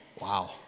Wow